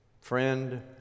Friend